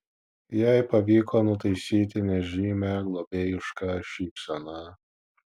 jai pavyko nutaisyti nežymią globėjišką šypseną